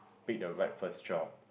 pick the right first job